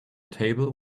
table